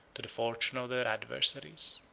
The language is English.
to the fortune of their adversaries.